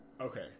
Okay